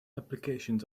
applications